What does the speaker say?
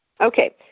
okay